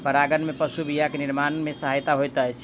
परागन में पशु बीया के निर्माण में सहायक होइत अछि